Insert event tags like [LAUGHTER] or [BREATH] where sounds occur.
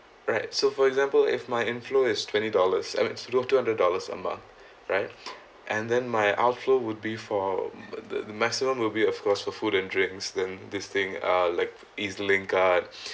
right so for example if my inflow is twenty dollars I mean total of two hundred dollars a month right [BREATH] and then my outflow would be from the the maximum will be of course for food and drinks then this thing uh like ezlink card [BREATH]